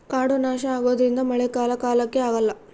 ಕಾಡು ನಾಶ ಆಗೋದ್ರಿಂದ ಮಳೆ ಕಾಲ ಕಾಲಕ್ಕೆ ಆಗಲ್ಲ